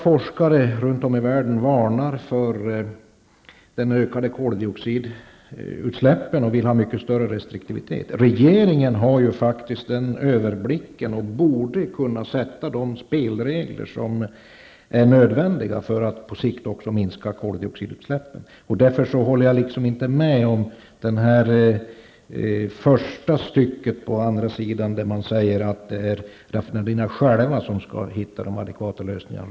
Forskare runt om i världen varnar nu för de ökade koldioxidutsläppen och vill ha större restriktivitet. Regeringen har överblick och borde kunna sätta upp de spelregler som är nödvändiga för att på sikt också minska koldioxidutsläppen. Därför håller jag inte med miljöministern när han säger att det är raffinaderierna själva som skall hitta de adekvata lösningarna.